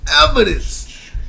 evidence